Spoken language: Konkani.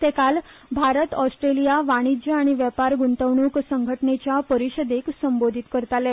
ते काल भारत ऑस्ट्रेलिया वाणिज्य आनी वेपार गुंतवणुक संघटनेच्या परिषदेत संबोधित करताले